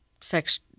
sex